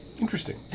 Interesting